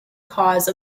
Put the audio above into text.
cause